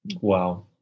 Wow